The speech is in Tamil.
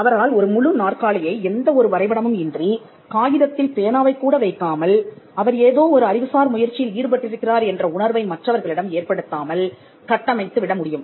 அவரால் ஒரு முழு நாற்காலியை எந்த ஒரு வரைபடமும் இன்றி காகிதத்தில் பேனாவைக் கூட வைக்காமல் அவர் ஏதோ ஒரு அறிவுசார் முயற்சியில் ஈடுபட்டிருக்கிறார் என்ற உணர்வை மற்றவர்களிடம் ஏற்படுத்தாமல் கட்டமைத்து விடமுடியும்